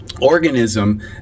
organism